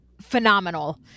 phenomenal